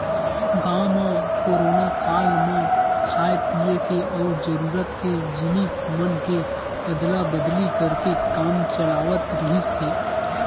गाँव म कोरोना काल म खाय पिए के अउ जरूरत के जिनिस मन के अदला बदली करके काम चलावत रिहिस हे